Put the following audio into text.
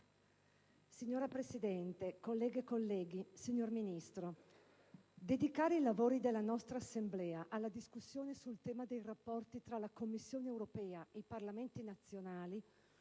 Signora Presidente, colleghe e colleghi, signor Ministro, dedicare i lavori della nostra Assemblea alla discussione sul tema dei rapporti tra la Commissione europea e i Parlamenti nazionali